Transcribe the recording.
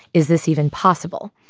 is this even possible?